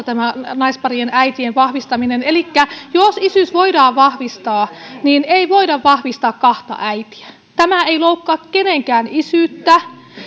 tämä naisparien äitiyden vahvistaminen koskee tuntemattomia luovuttajia elikkä jos isyys voidaan vahvistaa niin ei voida vahvistaa kahta äitiä tämä ei loukkaa kenenkään isyyttä